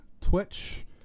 Twitch